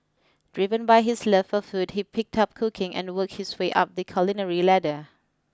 driven by his love for food he picked up cooking and worked his way up the culinary ladder